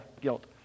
guilt